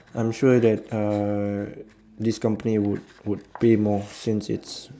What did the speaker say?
I'm sure that uh this company would would pay more since it's